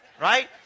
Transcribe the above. right